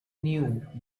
knew